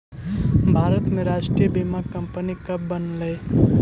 भारत में राष्ट्रीय बीमा कंपनी कब बनलइ?